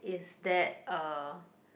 is that a